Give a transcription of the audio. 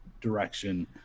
direction